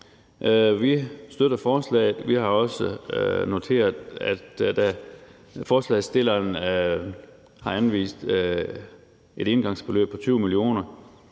Vi støtter forslaget, og vi har også noteret, at forslagsstilleren har anvist et engangsbeløb på 20 mio.